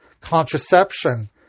contraception